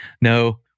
no